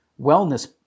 wellness